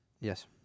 Yes